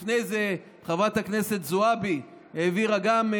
לפני זה חברת הכנסת זועבי העבירה גם,